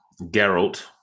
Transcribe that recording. Geralt